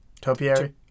Topiary